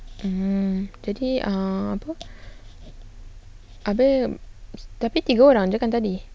um jadi ah apa habis tapi tiga orang jer kan tadi